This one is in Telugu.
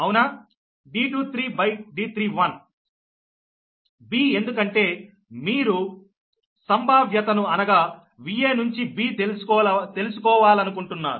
b ఎందుకంటే మీరు సంభావ్యతను అనగా V a నుంచి b తెలుసుకోవాలనుకుంటున్నారు